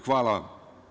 Hvala vam.